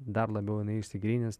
dar labiau jinai išsigrynins